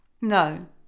No